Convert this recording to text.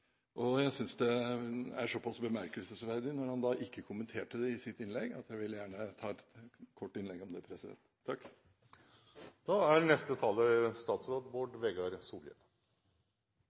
og jeg har ikke sett noe engasjement fra statsrådens side. Jeg syntes det var så bemerkelsesverdig da han ikke kommenterte det i sitt innlegg at jeg gjerne ville ha et kort innlegg om det. Eg er